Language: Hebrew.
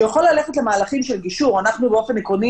שהוא יכול ללכת למהלכים של גישור אנחנו באופן עקרוני